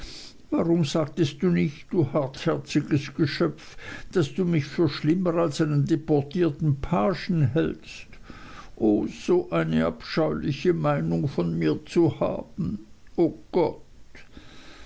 warum sagtest du nicht du hartherziges geschöpf daß du mich für schlimmer als einen deportierten pagen hältst o so eine abscheuliche meinung von mir zu haben o gott